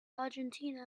argentina